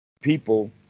people